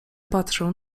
patrzę